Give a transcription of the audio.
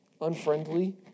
unfriendly